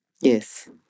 yes